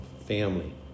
family